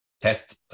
test